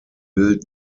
bild